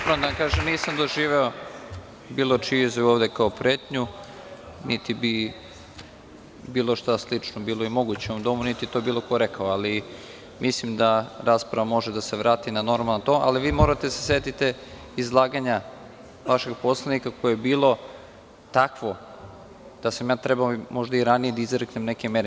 Moram da vam kažem, nisam doživeo bilo čiju izjavu ovde kao pretnju niti bi bilo šta slično bilo i moguće u ovom domu, niti je to bilo ko rekao, ali mislim da rasprava može da se vrati na normalan ton, ali vi morate da se setite izlaganja vašeg poslanika koje je bilo takvo da sam ja trebao možda i ranije da izreknem neke mere.